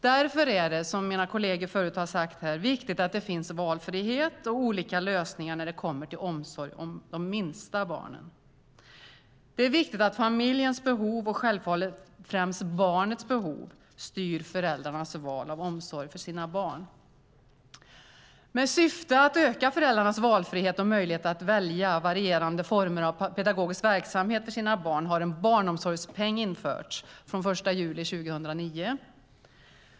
Därför är det, som mina kolleger har sagt, viktigt att det finns valfrihet och olika lösningar när det kommer till omsorg för de minsta barnen. Det är viktigt att familjens behov, och självfallet främst barnets behov, styr föräldrarnas val av omsorg för sina barn. Med syfte att öka föräldrarnas valfrihet och möjlighet att välja varierande former av pedagogisk verksamhet för sina barn har en barnomsorgspeng införts från den 1 juli 2009.